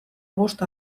bost